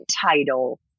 title